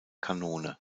kanone